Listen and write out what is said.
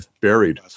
buried